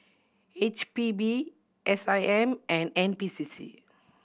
H P B S I M and N P C C